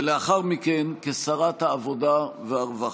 ולאחר מכן כשרת העבודה והרווחה.